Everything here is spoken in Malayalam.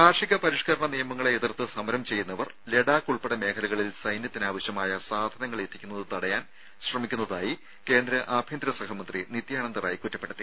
കാർഷിക പരിഷ്കരണ നിയമങ്ങളെ എതിർത്ത് സമരം ചെയ്യുന്നവർ ലഡാക്ക് ഉൾപ്പെടെ മേഖലകളിൽ സൈന്യത്തിന് ആവശ്യമായ സാധനങ്ങൾ എത്തിക്കുന്നത് തടയാൻ ശ്രമിക്കുന്നതായി കേന്ദ്ര ആഭ്യന്തര സഹമന്ത്രി നിത്യാനന്ദ റായ് കുറ്റപ്പെടുത്തി